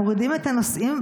מורידים את הנוסעים,